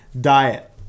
diet